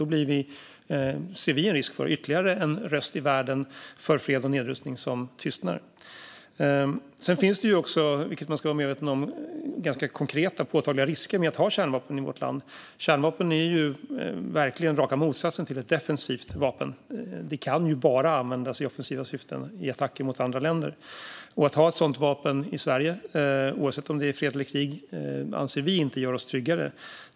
Då ser vi en risk för att ytterligare en röst för fred och nedrustning i världen tystnar. Man ska vara medveten om att det finns konkreta påtagliga risker med att ha kärnvapen i vårt land. Kärnvapen är verkligen raka motsatsen till defensiva vapen. De kan bara användas i offensiva syften i attacker mot andra länder. Att ha ett sådant vapen i Sverige, oavsett om det är i fred eller krig, anser vi inte gör oss tryggare.